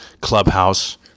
Clubhouse